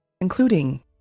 including